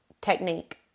technique